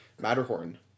Matterhorn